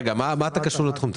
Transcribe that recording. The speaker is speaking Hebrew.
מה אתה קשור לתחום?